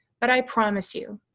but i promise you,